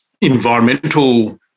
environmental